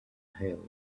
help